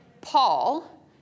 Paul